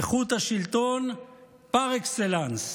איכות השלטון פר אקסלנס.